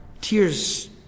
Tears